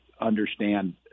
understand